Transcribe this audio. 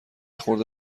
خورده